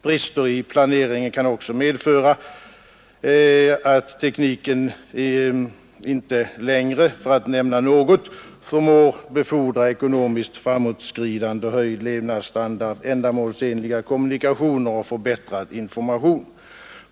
Brister i planeringen kan också medföra att tekniken inte längre — för att nämna något — förmår befordra ekonomiskt framåtskridande, höjd levnadsstandard, ändamålsenliga kommunikationer och förbättrad information.